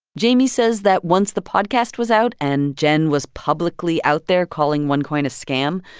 jamie says that once the podcast was out and jen was publicly out there calling onecoin a scam,